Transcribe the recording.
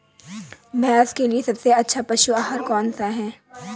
भैंस के लिए सबसे अच्छा पशु आहार कौन सा है?